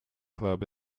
club